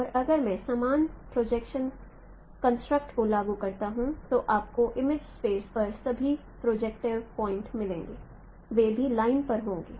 और अगर मैं समान प्रोजेक्शन कंस्ट्रक्ट को लागू करता हूं तो आपको इमेज स्पेस पर सभी प्रोजेक्टिव पॉइंट मिलेंगे वे भी लाइन पर होंगे